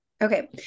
Okay